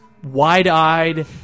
wide-eyed